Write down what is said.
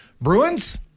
Bruins